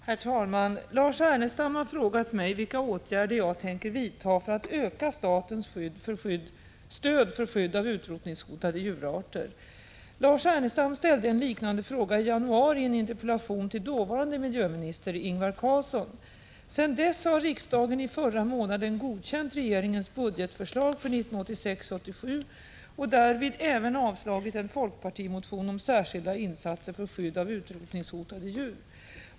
Herr talman! Lars Ernestam har frågat mig vilka åtgärder jag tänker vidta för att öka statens stöd för skydd av utrotningshotade djurarter. Lars Ernestam ställde en liknande fråga i januari i en interpellation till dåvarande miljöminister Ingvar Carlsson. Sedan dess har riksdagen i förra månaden godkänt regeringens budgetförslag för 1986/87 och därvid även avslagit en folkpartimotion om särskilda insatser för skydd av utrotningshotade djur.